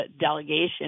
delegation